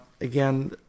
again